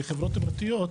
וחברות הפרטיות,